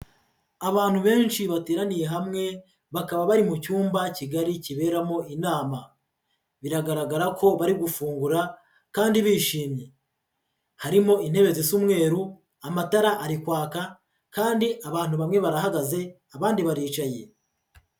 Abantu benshi bateraniye hamwe, bakaba bari mu cyumba kigari kiberamo inama. Biragaragara ko bari gufungura kandi bishimye. Harimo intebe zisa umweru, amatara ari kwaka kandi abantu bamwe barahagaze abandi baricaye.